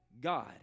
God